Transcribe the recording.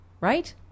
Right